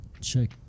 check